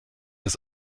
das